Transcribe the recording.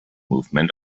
movement